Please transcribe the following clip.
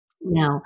Now